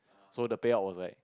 so the payout was like